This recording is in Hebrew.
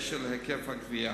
קשר להיקף הגבייה,